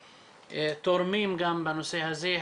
ותורמים גם בנושא הזה.